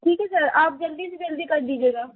ठीक है सर आप जल्दी से जल्दी कर दीजिएगा